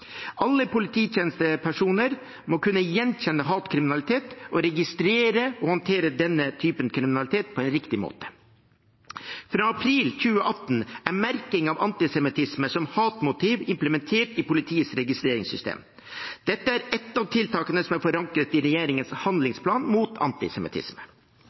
Alle polititjenestepersoner må kunne gjenkjenne hatkriminalitet og registrere og håndtere denne typen kriminalitet på en riktig måte. Fra april 2018 er merking av antisemittisme som hatmotiv implementert i politiets registreringssystem. Dette er ett av tiltakene som er forankret i regjeringens handlingsplan mot antisemittisme.